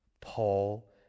Paul